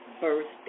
birthday